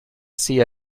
sea